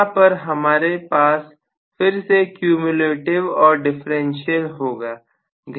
यहां पर हमारे पास फिर से क्यूम्यूलेटिव और डिफरेंशियल होगा